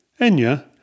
Enya